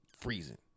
freezing